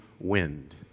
wind